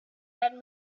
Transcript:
had